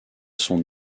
son